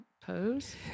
pose